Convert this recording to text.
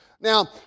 Now